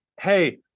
Hey